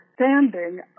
standing